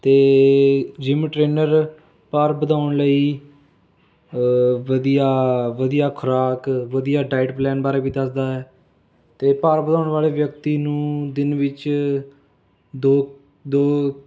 ਅਤੇ gym trainer ਭਾਰ ਵਧਾਉਣ ਲਈ ਵਧੀਆ ਵਧੀਆ ਖ਼ੁਰਾਕ ਵਧੀਆ ਡਾਈਟ ਪਲੈਨ ਬਾਰੇ ਵੀ ਦੱਸਦਾ ਹੈ ਅਤੇ ਭਾਰ ਵਧਾਉਣ ਵਾਲ਼ੇ ਵਿਅਕਤੀ ਨੂੰ ਦਿਨ ਵਿੱਚ ਦੋ ਦੋ